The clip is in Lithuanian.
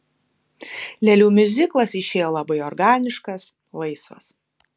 lėlių miuziklas išėjo labai organiškas laisvas